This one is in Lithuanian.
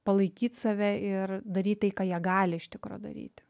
palaikyt save ir daryti ką jie gali iš tikro daryti